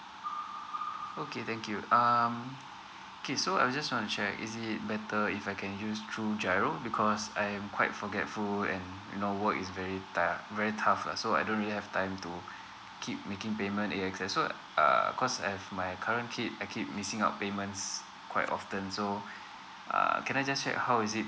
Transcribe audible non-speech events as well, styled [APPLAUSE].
[NOISE] okay thank you um okay so I just want to check is it better if I can use through G_I_R_O because I am quite forgetful and you know work is very tiring very tough lah so I don't really have time to keep making payment AXS so uh cause I have my current kid I keep missing out payments quite often so uh can I just check how is it